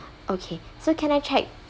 okay so can I check